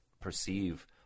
perceive